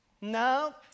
no